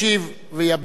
ולאחר מכן,